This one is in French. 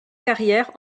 carrière